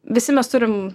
visi mes turim